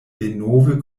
denove